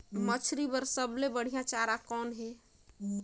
मछरी बर सबले बढ़िया चारा कौन हे?